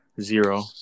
Zero